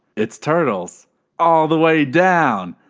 it's turtles all the way down!